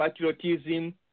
patriotism